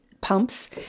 pumps